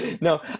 No